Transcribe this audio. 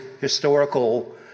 historical